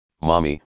Mommy